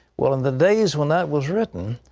well, in the days when that was written,